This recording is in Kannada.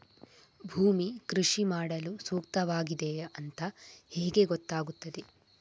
ಭೂಮಿ ಕೃಷಿ ಮಾಡಲು ಸೂಕ್ತವಾಗಿದೆಯಾ ಅಂತ ಹೇಗೆ ಗೊತ್ತಾಗುತ್ತದೆ?